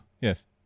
Yes